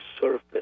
surface